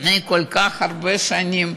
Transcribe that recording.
לפני כל כך הרבה שנים,